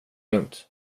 lugnt